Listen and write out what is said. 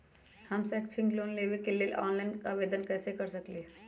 हम शैक्षिक लोन लेबे लेल ऑनलाइन आवेदन कैसे कर सकली ह?